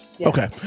okay